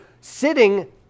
sitting